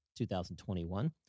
2021